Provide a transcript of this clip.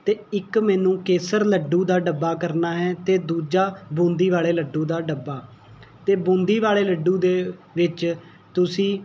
ਅਤੇ ਇੱਕ ਮੈਨੂੰ ਕੇਸਰ ਲੱਡੂ ਦਾ ਡੱਬਾ ਕਰਨਾ ਹੈ ਅਤੇ ਦੂਜਾ ਬੂੰਦੀ ਵਾਲੇ ਲੱਡੂ ਦਾ ਡੱਬਾ ਅਤੇ ਬੂੰਦੀ ਵਾਲੇ ਲੱਡੂ ਦੇ ਵਿੱਚ ਤੁਸੀਂ